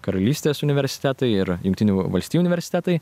karalystės universitetai ir jungtinių valstijų universitetai